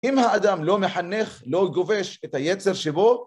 אם האדם לא מחנך, לא כובש את היצר שבו